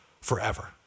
forever